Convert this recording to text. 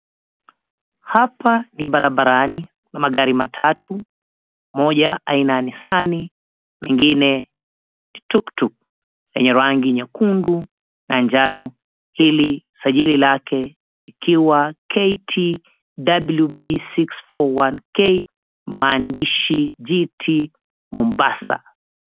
Hapa ni barabarani, kuna magari matatu, moja aina ya Nisani nyingine tuktuk yenye rangi nyekundu na njano, hili sajili lake ikiwa KTWB 641K. Maandishi, GT Mombasa.